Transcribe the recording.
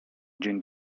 dzień